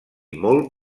molt